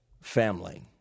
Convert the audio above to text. family